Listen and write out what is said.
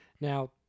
Now